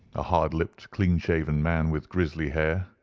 a hard-lipped, clean-shaven man with grizzly hair.